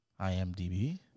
IMDb